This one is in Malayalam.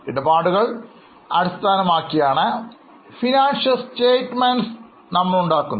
ഇടപാടുകൾ അടിസ്ഥാനമാക്കിയാണ് സാമ്പത്തിക പ്രസ്താവനകൾ നമ്മൾ ഉണ്ടാക്കുന്നത്